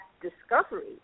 discovery